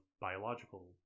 biological